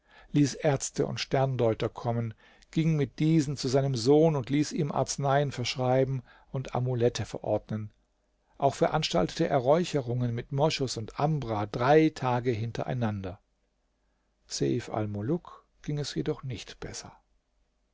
ließ ärzte und sterndeuter kommen ging mit diesen zu seinem sohn und ließ ihm arzneien verschreiben und amulette verordnen auch veranstaltete er räucherungen mit moschus und ambra drei tage hintereinander seif almuluk ging es jedoch nicht besser